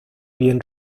bien